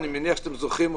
אני מניח שאתם זוכרים אותה,